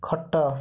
ଖଟ